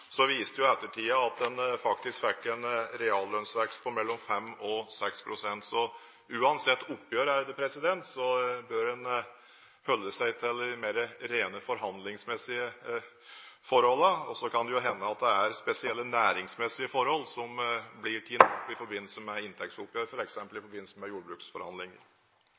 faktisk fikk en reallønnsvekst på mellom 5 og 6 pst. Så uansett oppgjør bør en holde seg til de rene forhandlingsmessige forholdene, og så kan det hende at det er spesielle næringsmessige forhold som blir tatt opp i forbindelse med inntektsoppgjør, f.eks. i forbindelse med jordbruksforhandlinger.